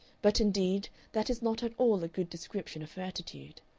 but indeed that is not at all a good description of her attitude.